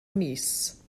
mis